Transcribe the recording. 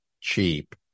cheap